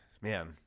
man